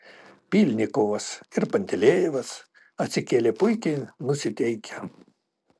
pylnikovas ir pantelejevas atsikėlė puikiai nusiteikę